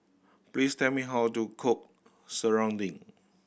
please tell me how to cook serunding